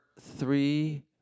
three